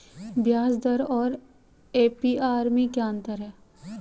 ब्याज दर और ए.पी.आर में क्या अंतर है?